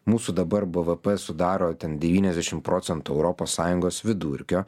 mūsų dabar bvp sudaro ten devyniasdešim procentų europos sąjungos vidurkio